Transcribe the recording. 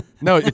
No